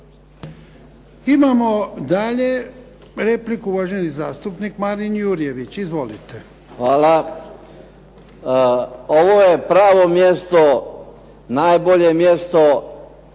Imamo dalje repliku, uvaženi zastupnik Marin Jurjević. Izvolite. **Jurjević, Marin (SDP)** Hvala. Ovo je pravo mjesto, najbolje mjesto